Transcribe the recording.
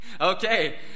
Okay